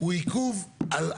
הוא עיכוב על הכול.